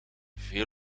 veel